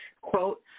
Quote